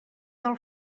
del